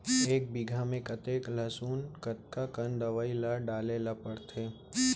एक बीघा में कतेक लहसुन कतका कन दवई ल डाले ल पड़थे?